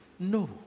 No